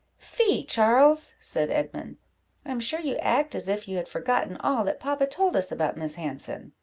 fie, charles! said edmund i am sure you act as if you had forgotten all that papa told us about miss hanson.